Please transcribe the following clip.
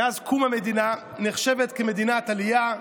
מאז קום המדינה, נחשבת מדינת עלייה,